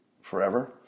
forever